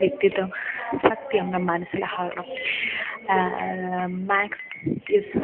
വ്യക്തിത്വം സത്യം നം മനസ്സിലാകണം മാക്സ് ഈസ്